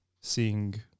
seeing